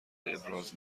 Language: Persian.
ابراز